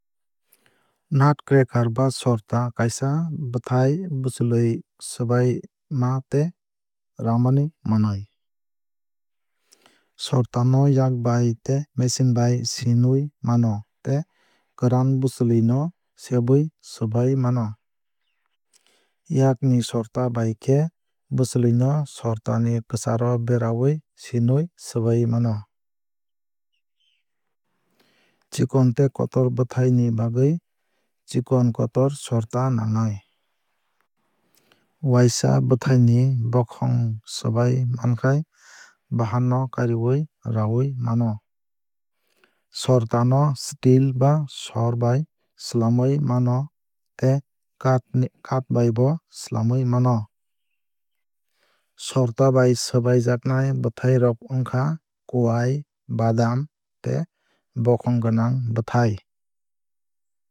Nutcraker ba sorta kaisa bwthai bwchwlwui swbaima tei ramani manwui. Sorta no yakbai tei machine bai sinwui mano tei kwran bwchwlwui no sebui swbai mano. Yakni sorta bai khe bwchwlwui no sorta ni kwcharo berawui sinwui swbaiwui mano. Chikon tei kotor bwthai ni bagwui chikon kotor sorta nangnai. Waisa bwthai ni bokhong swbai mankhai bahan no kariwui raawui mano. Sorta no steel ba sor bai swlamwui mano tei kaath bai bo swlamwui mano. Sorta bai swbaijaknai bwthai rok wngkha kuwai badam tei bokhong gwnang bwthai.